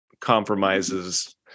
compromises